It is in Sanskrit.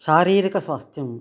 शारीरिकस्वास्थ्यं